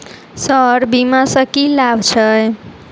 Sir बीमा सँ की लाभ छैय?